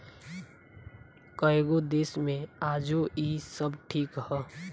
कएगो देश मे आजो इ सब ठीक ह